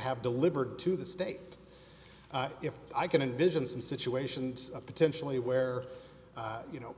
have delivered to the state if i can envision some situations potentially where you know